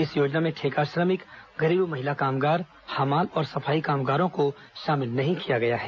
इस योजना में ठेका श्रमिक घरेलू महिला कामगार हमाल और सफाई कामगारों को शामिल नहीं किया गया है